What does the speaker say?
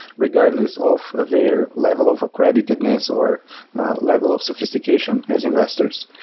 regardless of of their level of accreditedness, or level of sophistication as investors.